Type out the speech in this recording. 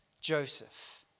Joseph